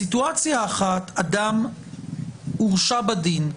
בסיטואציה אחת אדם הורשע בדין,